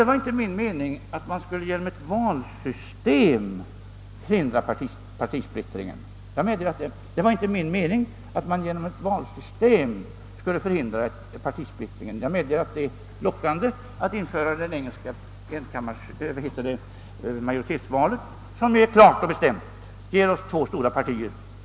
Det var inte min mening, herr Hedlund, att man genom ett valsystem skulle förhindra partisplittringen. Jag medger att det är lockande att införa det engelska majoritetsvalet, som ger oss två stora partier.